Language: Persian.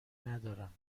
ندارم